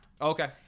Okay